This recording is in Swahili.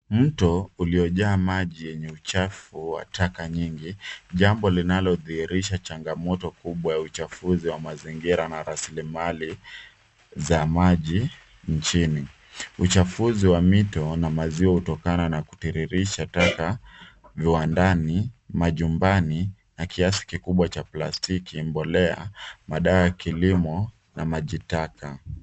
Mto uliojaa maji yenye uchafu wa taka nyingi. Jambo linalodhihirisha changamoto kubwa ya uchafuzi wa mazingira na rasilimali za maji nchini. Uchafuzi wa mito na maziwa hutokana kutiririsha taka, viwandani, majumbani na kiasi kikubwa cha plastiki, mbolea, madawa ya kilimo na maji taka.